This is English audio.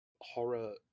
horror